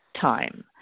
time